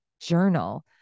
journal